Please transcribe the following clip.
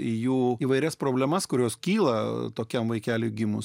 jų įvairias problemas kurios kyla tokiam vaikeliui gimus